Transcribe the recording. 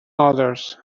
others